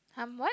I'm what